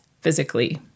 physically